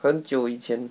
很久以前